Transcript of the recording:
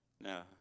no